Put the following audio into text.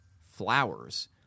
flowers